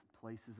places